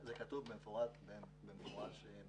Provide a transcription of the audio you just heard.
זה כתוב במפורש בדוח.